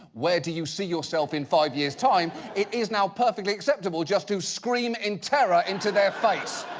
where do you see yourself in five years' time? it is now perfectly acceptable just to scream in terror into their face.